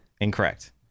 Incorrect